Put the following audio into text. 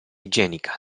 igienica